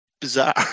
Bizarre